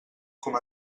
com